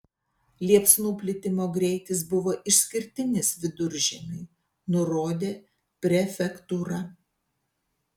liepsnų plitimo greitis buvo išskirtinis viduržiemiui nurodė prefektūra